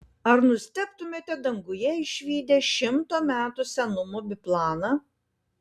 ar nustebtumėte danguje išvydę šimto metų senumo biplaną